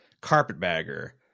Carpetbagger